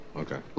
okay